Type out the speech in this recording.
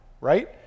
right